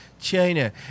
China